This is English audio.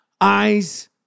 eyes